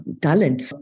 talent